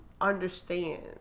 understand